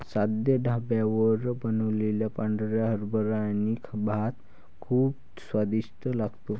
साध्या ढाब्यावर बनवलेला पांढरा हरभरा आणि भात खूप स्वादिष्ट लागतो